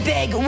Big